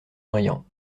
brillants